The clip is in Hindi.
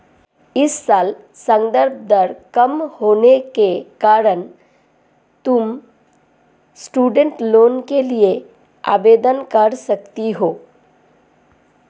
इस साल संदर्भ दर कम होने के कारण तुम स्टूडेंट लोन के लिए आवेदन कर सकती हो